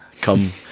come